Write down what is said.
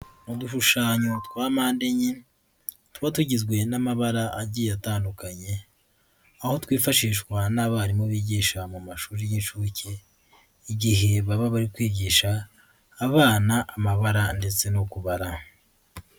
Uushushanyo twa mpande enye, tuba tugizwe n'amabara agiye atandukanye, aho twifashishwa n'abarimu bigisha mu mashuri y'inshuke, igihe baba bari kwigisha abana amabara ndetse no kubara.